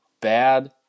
bad